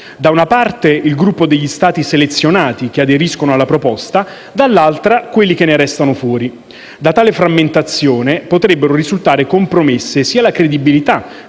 da una parte il gruppo degli Stati selezionati che aderiscono alla proposta; dall'altra quelli che ne restano fuori. Da tale frammentazione potrebbero risultare compromesse sia la credibilità